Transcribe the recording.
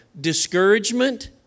discouragement